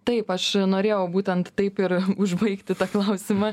taip aš norėjau būtent taip ir užbaigti tą klausimą